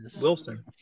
Wilson